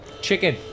chicken